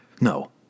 No